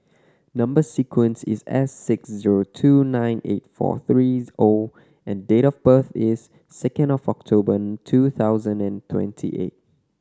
number sequence is S six zero two nine eight four three O and date of birth is second of October two thousand and twenty eight